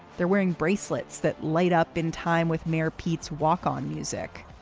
they're wearing bracelets that light up in time with mayor pete's walk on music.